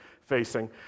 facing